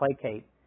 placate